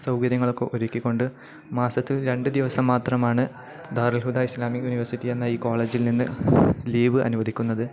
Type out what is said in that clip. സൗകര്യങ്ങളൊക്കെ ഒരുക്കിക്കൊണ്ട് മാസത്തിൽ രണ്ട് ദിവസം മാത്രമാണ് ധാരൽഹുദ ഇസ്ലാമിക് യൂണിവേഴ്സിറ്റി എന്ന ഈ കോളേജിൽ നിന്ന് ലീവ് അനുവദിക്കുന്നത്